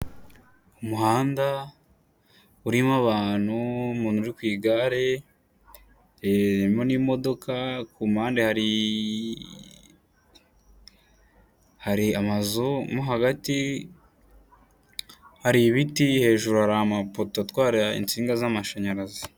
Umuhanda urimo abantu... umuntu uri ku igare urimo n'imodoka ku impande hari hari amazu mo hagati hari ibiti hejuru hari amapoto atwara itsinga z'amashanyarazi.